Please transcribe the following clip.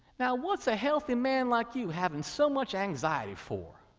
now, what's a healthy man like you having so much anxiety for?